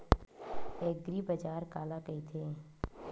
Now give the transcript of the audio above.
एग्रीबाजार काला कइथे?